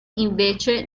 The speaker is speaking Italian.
invece